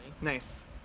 Nice